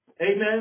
Amen